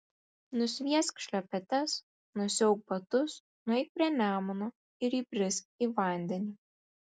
nusviesk šlepetes nusiauk batus nueik prie nemuno ir įbrisk į vandenį